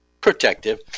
protective